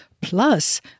plus